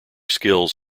skills